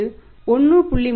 அது 1